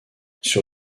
sur